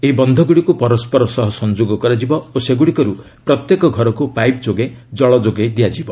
ଏହି ବନ୍ଧଗୁଡ଼ିକୁ ପରସ୍କର ସହ ସଂଯୋଗ କରାଯିବ ଓ ସେଗୁଡ଼ିକରୁ ପ୍ରତ୍ୟେକ ଘରକୁ ପାଇପ୍ଯୋଗେ ଜଳ ଯୋଗାଇ ଦିଆଯିବ